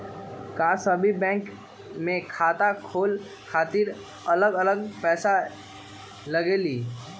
का सभी बैंक में खाता खोले खातीर अलग अलग पैसा लगेलि?